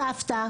סבתא,